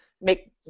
make